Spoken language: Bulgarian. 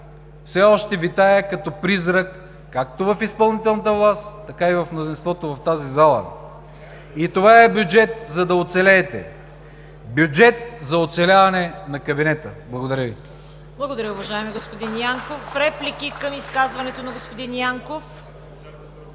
все още витае като призрак както в изпълнителната власт, така и в мнозинството в тази зала. Това е бюджет за оцеляване на кабинета. Благодаря.